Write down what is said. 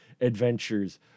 adventures